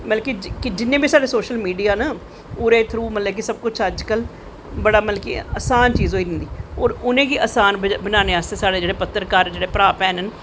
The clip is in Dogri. मतलव कि जिन्नें गी साढ़े सोशल मिडिया न ओह्दे थ्रू मतलव कि सब कुश अज्ज कल बड़ा मतलव कि असान चीज़ होई जंदी और उनेंगी असान बनानें आस्ते जेह्ड़े साढ़े पत्तरकार भ्राह् भैन न